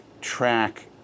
track